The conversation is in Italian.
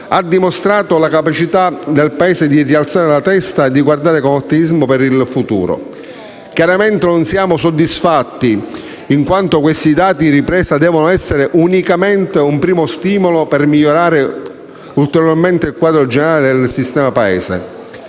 ha dimostrato la capacità del Paese di rialzare la testa e di guardare con ottimismo al futuro. Chiaramente non siamo soddisfatti, in quanto questi dati in ripresa devono essere unicamente un primo stimolo per migliorare ulteriormente il quadro generale del sistema Paese.